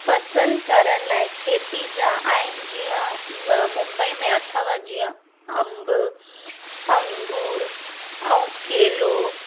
फ़सलु करण लाइ खेती जा आहिनि जीअं म मुंबई में अथव जीअं अंबु अंगूर ऐं केलो